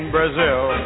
Brazil